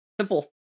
simple